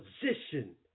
position